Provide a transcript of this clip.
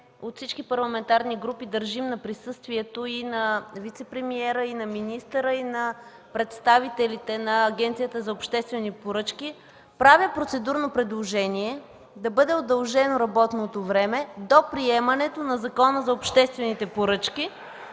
от всички парламентарни групи държим на присъствието на вицепремиера, на министъра и на представителите на Агенцията за обществени поръчки, правя процедурно предложение да бъде удължено работното време до приемането на Закона за обществените поръчки